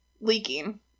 Leaking